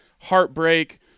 heartbreak